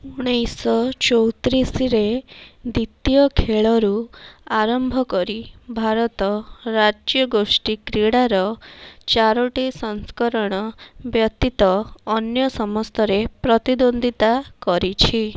ଉଣେଇଶହ ଚଉତିରିଶ ରେ ଦ୍ୱିତୀୟ ଖେଳରୁ ଆରମ୍ଭ କରି ଭାରତ ରାଜ୍ୟଗୋଷ୍ଠୀ କ୍ରୀଡାର ଚାରୋଟି ସଂସ୍କରଣ ବ୍ୟତୀତ ଅନ୍ୟ ସମସ୍ତରେ ପ୍ରତିଦ୍ୱନ୍ଦ୍ୱିତା କରିଛି